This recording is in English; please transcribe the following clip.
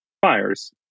fires